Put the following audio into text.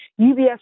UBS